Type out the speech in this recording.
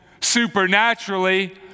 supernaturally